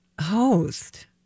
host